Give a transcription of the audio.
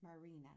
Marina